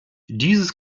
dieses